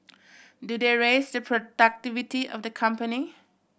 do they raise the productivity of the company